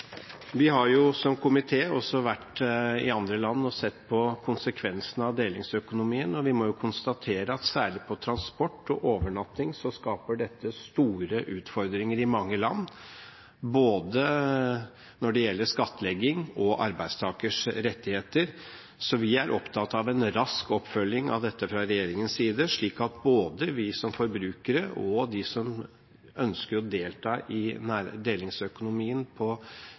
Vi har som komité vært i andre land og sett på konsekvensene av delingsøkonomien. Vi må konstatere at særlig for transport og overnatting skaper dette store utfordringer i mange land, både når det gjelder skattlegging og arbeidstakers rettigheter. Så vi er opptatt av en rask oppfølging av dette fra regjeringens side, slik at både vi som forbrukere og de som ønsker å delta i delingsøkonomien på